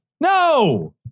No